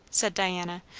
said diana,